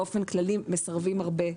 באופן כללי מסרבים הרבה.